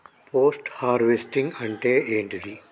Post harvesting అంటే ఏంటిది?